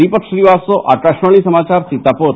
दीपक श्रीवास्तव आकाशवाणी समाचार सीतापुर